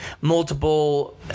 multiple